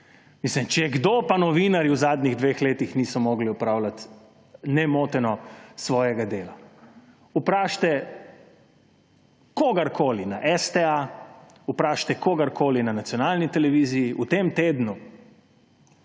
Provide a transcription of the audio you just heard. Mislim, če je kdo, pa novinarji v zadnjih dveh letih niso mogli opravljati nemoteno svojega dela. Vprašajte kogarkoli na STA, vprašajte kogarkoli na nacionalni televiziji. V tem tednu